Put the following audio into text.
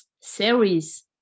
series